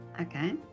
Okay